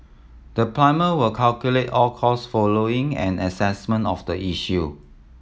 the plumber will calculate all costs following an assessment of the issue